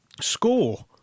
score